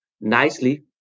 nicely